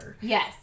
Yes